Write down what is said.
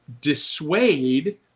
dissuade